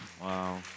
Wow